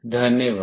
धन्यवाद